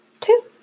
two